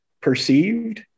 perceived